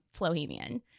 Flohemian